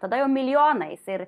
tada jau milijonai ir